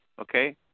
Okay